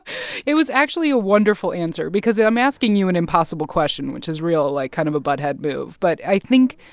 it was actually a wonderful answer because i'm asking you an impossible question, which is real, like, kind of a butt-head move. but i think